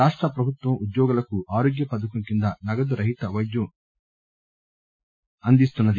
రాష్టప్రభుత్వం ఉద్యోగులకు ఆరోగ్య పథకం కింద నగదు రహిత పైద్యం అందుతున్నది